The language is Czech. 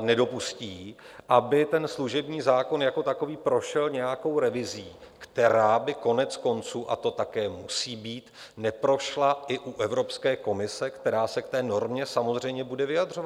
nedopustí, aby služební zákon jako takový prošel nějakou revizí, která by koneckonců, a to také musí být, neprošla i u Evropské komise, která se k té normě samozřejmě bude vyjadřovat.